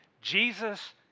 Jesus